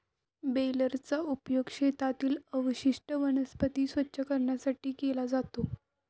बेलरचा उपयोग शेतातील अवशिष्ट वनस्पती स्वच्छ करण्यासाठी केला जातो